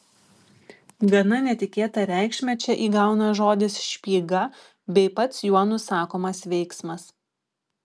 gana netikėtą reikšmę čia įgauna žodis špyga bei pats juo nusakomas veiksmas